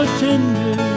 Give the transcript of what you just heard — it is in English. tender